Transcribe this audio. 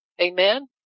amen